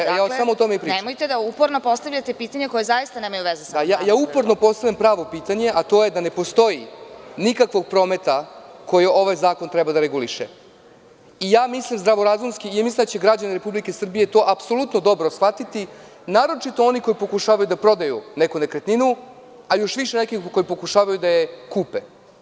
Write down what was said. Ja samo o tome i pričam. (Predsedavajuća: Dakle, nemojte da uporno postavljate pitanja koja zaista nemaju veze sa tačkom dnevnog reda.) Ja upravo postavljam pravo pitanje, a to je da ne postoji nikakvog prometa koji ovaj zakon treba da reguliše i ja mislim zdravorazumski, mislim da će građani republike Srbije to apsolutno dobro shvatiti, naročito oni koji pokušavaju da prodaju neku nekretninu, a još više neki koji pokušavaju da je kupe.